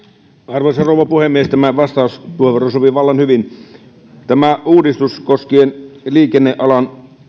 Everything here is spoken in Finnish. arvoisa rouva puhemies tämä vastauspuheenvuoro sopii vallan hyvin tämä uudistus koskien liikennealan